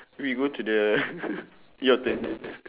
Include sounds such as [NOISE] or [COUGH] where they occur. we go to the [LAUGHS] your turn